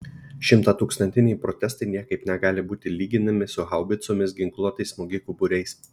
šimtatūkstantiniai protestai niekaip negali būti lyginami su haubicomis ginkluotais smogikų būriais